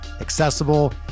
accessible